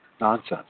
nonsense